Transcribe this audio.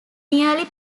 nearly